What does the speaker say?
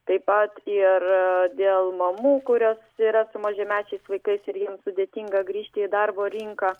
taip pat ir dėl mamų kurios yra su mažamečiais vaikais ir jom sudėtinga grįžti į darbo rinką